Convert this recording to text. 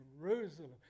Jerusalem